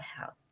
health